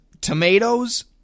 tomatoes